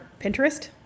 Pinterest